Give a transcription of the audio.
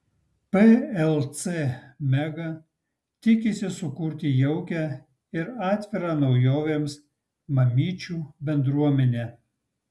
plc mega tikisi sukurti jaukią ir atvirą naujovėms mamyčių bendruomenę